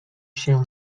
się